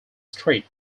street